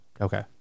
Okay